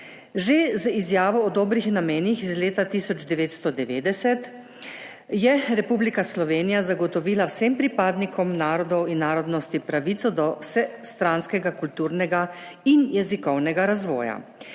Že z izjavo o dobrih namenih iz leta 1990 je Republika Slovenija zagotovila vsem pripadnikom narodov in narodnosti pravico do vsestranskega kulturnega in jezikovnega razvoja.